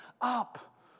up